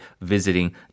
visiting